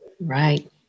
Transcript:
Right